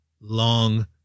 long